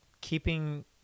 keeping